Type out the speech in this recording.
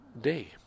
day